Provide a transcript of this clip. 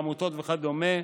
עמותות וכדומה,